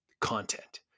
content